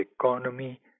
economy